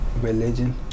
Religion